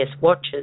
watches